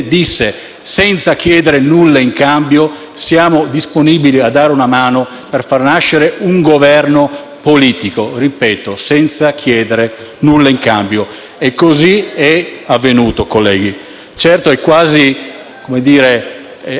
senza chiedere nulla in cambio, disse che saremmo stati disponibili a dare una mano per far nascere un Governo politico. Ripeto: senza chiedere nulla in cambio. E così è avvenuto, colleghi. Certo è facile,